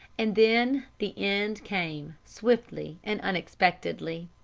and then the end came swiftly and unexpectedly.